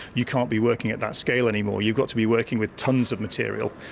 you can't be working at that scale anymore, you've got to be working with tonnes of material.